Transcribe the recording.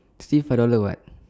see five dollar [what]